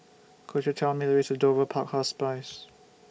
Could YOU Tell Me The Way to Dover Park Hospice